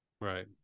Right